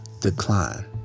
decline